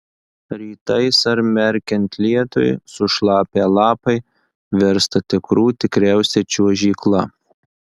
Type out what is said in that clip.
rytais ar merkiant lietui sušlapę lapai virsta tikrų tikriausia čiuožykla